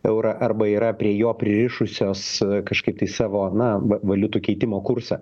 eurą arba yra prie jo pririšusios kažkaip tai savo na va valiutų keitimo kursą